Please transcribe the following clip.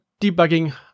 debugging